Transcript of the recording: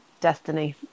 destiny